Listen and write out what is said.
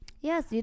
Yes